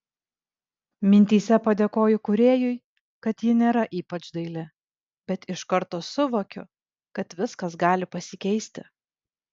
mintyse padėkoju kūrėjui kad ji nėra ypač daili bet iš karto suvokiu kad viskas gali pasikeisti